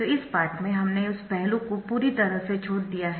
तो इस पाठ में हमने उस पहलू को पूरी तरह से छोड़ दिया है